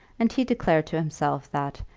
and he declared to himself that,